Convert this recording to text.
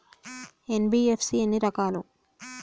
NBFC ఎన్ని రకాలు?